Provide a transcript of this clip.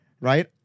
right